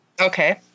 Okay